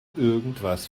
irgendwas